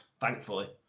Thankfully